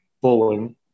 bowling